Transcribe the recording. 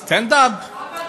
סטנד-אפ?